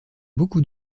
beaucoup